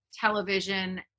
television